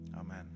Amen